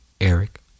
Eric